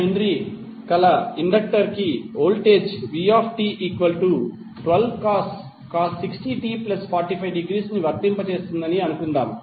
1H కల inductor కి voltage vt12cos 60t45° వర్తింపజేస్తుందని అనుకుందాం